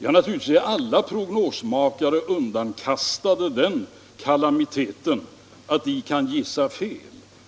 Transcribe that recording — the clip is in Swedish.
Naturligtvis är alla prognosmakare underkastade den ka Allmänpolitisk debatt Allmänpolitisk debatt lamiteten att de kan gissa fel.